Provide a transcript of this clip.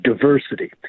diversity